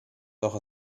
doch